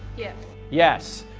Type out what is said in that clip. yes. yes.